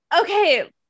Okay